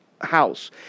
house